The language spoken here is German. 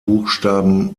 buchstaben